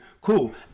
cool